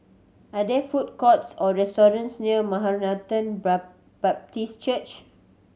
are there food courts or restaurants near Maranatha Baptist Church